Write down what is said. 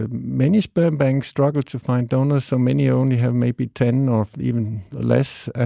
ah many sperm banks struggle to find donors, so many only have maybe ten, or even less.